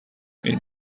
این